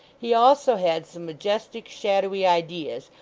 he also had some majestic, shadowy ideas,